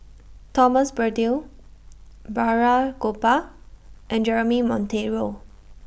Thomas Braddell Balraj Gopal and Jeremy Monteiro